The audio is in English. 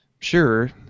sure